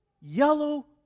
yellow